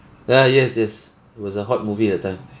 ya yes yes it was a hot movie that time